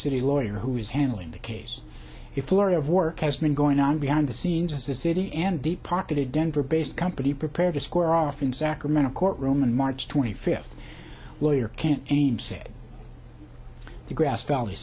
city lawyer who is handling the case if lori of work has been going on behind the scenes as the city and deep pocketed denver based company prepare to square off in sacramento courtroom on march twenty fifth lawyer can't name said the grass